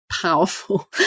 powerful